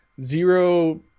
zero